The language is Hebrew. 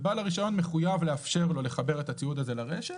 בעל הרישיון מחויב לאפשר לחבר את הציוד הזה לרשת,